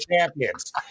champions